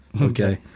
Okay